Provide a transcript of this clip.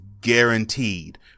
guaranteed